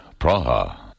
Praha